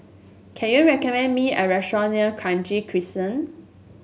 can you recommend me a restaurant near Kranji Crescent